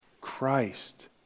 Christ